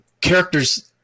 characters